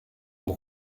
mon